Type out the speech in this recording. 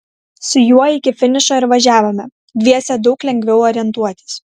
su juo iki finišo ir važiavome dviese daug lengviau orientuotis